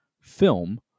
film